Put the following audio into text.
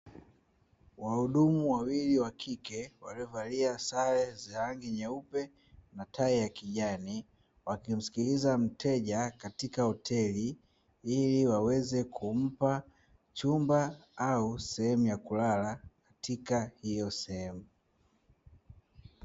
Wahudumu wawili wa kike, waliovalia sare za rangi nyeupe na tai ya kijani, wakimsikiliaza mteja katika hoteli ili waweze kumpa chumba au sehemu ya kulala katika hiyo sehemu.